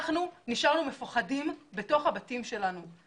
אנחנו נשארנו מפוחדים בתוך הבתים שלנו.